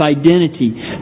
identity